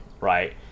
right